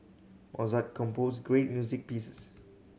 Mozart composed great music pieces